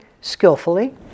skillfully